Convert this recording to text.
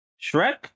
Shrek